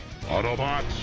Autobots